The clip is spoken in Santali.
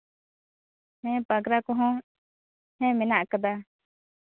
ᱦᱮᱸ ᱯᱟᱜᱽᱨᱟ ᱠᱚᱦᱚᱸ ᱦᱮᱸ ᱢᱮᱱᱟᱜ ᱠᱟᱫᱟ